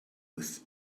with